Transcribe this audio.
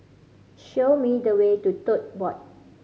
show me the way to Tote Board